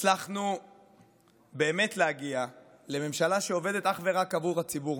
הצלחנו להגיע לממשלה שעובדת אך ורק עבור הציבור.